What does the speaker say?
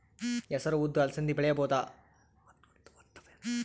ಹೆಸರು ಉದ್ದು ಅಲಸಂದೆ ಬೆಳೆಯಬಹುದಾ?